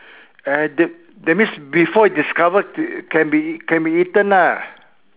and then that means before you discovered can be can be eaten lah